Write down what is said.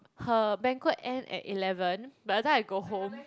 her banquet end at eleven by the time I go home